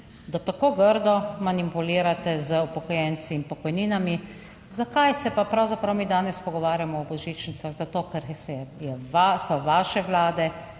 da tako grdo manipulirate z upokojenci in pokojninami. Zakaj se pa pravzaprav mi danes pogovarjamo o božičnicah? Zato, ker so vaše vlade